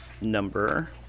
number